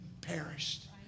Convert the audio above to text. perished